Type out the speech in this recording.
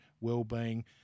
wellbeing